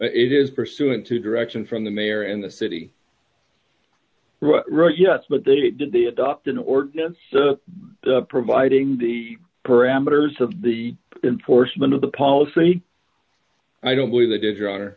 it is pursuant to direction from the mayor and the city wrote yes but they did they adopt an ordinance providing the parameters of the importunate of the policy i don't believe that is your honor